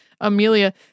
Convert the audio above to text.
Amelia